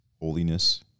holiness